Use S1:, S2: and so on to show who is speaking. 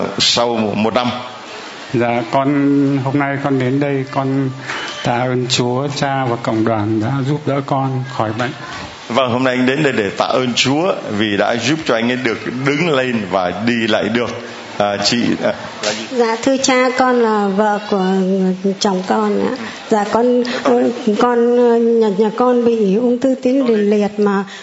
S1: sau một- một năm.
S2: Dạ, con- hôm nay con đến đây, con tạ ơn Chúa, cha và cộng đoàn đã giúp đỡ con khỏi bệnh.
S1: Vâng, hôm nay anh đến đây để tạ ơn Chúa vì đã giúp cho anh ấy được đứng lên và đi lại được. À, chị, à, là gì?
S3: Dạ, thưa cha, con là vợ của chồng con ạ. Dạ, con- con, nhà- nhà con bị ung thư tuyến tiền liệt mà